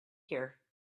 here